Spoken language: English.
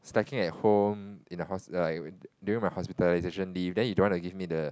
slacking at home in the hos~ like during my hospitalization leave then you don't want give me the